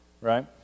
right